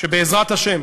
שבעזרת השם